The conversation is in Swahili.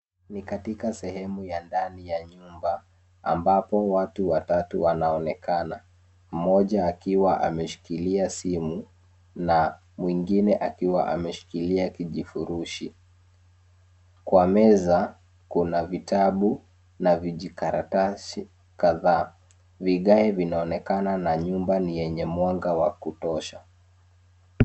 Ni katika sehemu ya ndani ya nyumba ambapo watu watatu wanaonekana. Mmoja akiwa ameshikilia simu na mwingine akiwa ameshikilia kijifurushi. Kwa meza kuna vitabu na vijikaratasi kadhaa. Vigae vinaonekana na nyumba ni yenye mwanga wa kutosha.